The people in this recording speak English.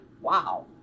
Wow